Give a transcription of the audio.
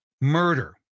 murder